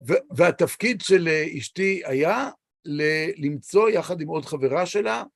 והתפקיד של אשתי היה למצוא, יחד עם עוד חברה שלה,